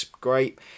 great